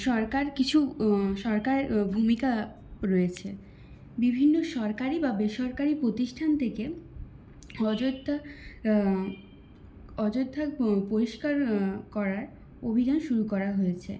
সরকার কিছু সরকার ভূমিকা রয়েছে বিভিন্ন সরকারি বা বেসরকারি প্রতিষ্ঠান থেকে অযোধ্যা অযোধ্যা পরিষ্কার করার অভিযান শুরু করা হয়েছে